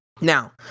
now